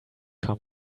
come